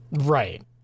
Right